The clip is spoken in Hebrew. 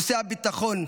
נושא הביטחון,